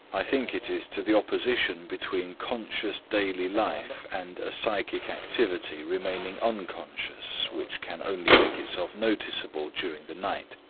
i think it is to the opposition between conscious daily life and a psychic activity remaining unconscious which can only make itself noticeable during the night.